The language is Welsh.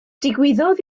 digwyddodd